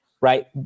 right